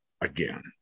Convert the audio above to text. again